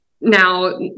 Now